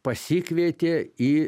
pasikvietė į